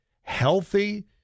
healthy